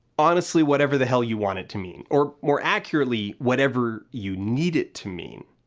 honestly, whatever the hell you want it to mean, or more accurately, whatever you need it to mean.